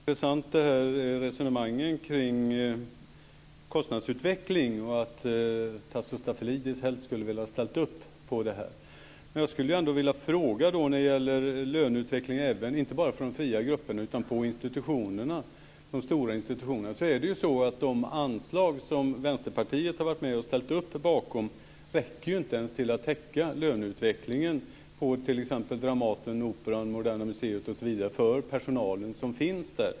Herr talman! Resonemanget kring kostnadsutvecklingen var ju intressant och att Tasso Stafilidis helst skulle ha velat ställa upp på detta. Jag vill ändå ställa en fråga om löneutvecklingen, inte bara för de fria grupperna utan även på institutionerna. De anslag som Vänsterpartiet har varit med om att ställa sig bakom räcker ju inte ens för att täcka löneutvecklingen för den personal som finns på t.ex. Dramaten, Operan och Moderna museet.